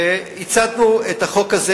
הצענו את החוק הזה,